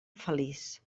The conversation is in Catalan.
feliç